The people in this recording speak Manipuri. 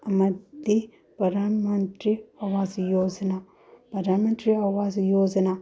ꯑꯃꯗꯤ ꯄ꯭ꯔꯙꯥꯟ ꯃꯟꯇ꯭ꯔꯤ ꯑꯋꯥꯁ ꯌꯣꯖꯅ ꯄ꯭ꯔꯗꯥꯟ ꯃꯟꯇꯔꯤ ꯑꯥꯋꯥꯁ ꯌꯣꯖꯅꯥ